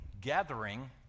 gathering